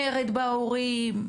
מרד בהורים,